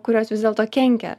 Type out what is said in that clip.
kurios vis dėlto kenkia